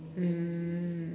mm